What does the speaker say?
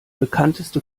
bekannteste